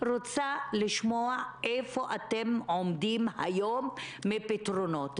אני רוצה לשמוע איפה אתם עומדים היום בפתרונות,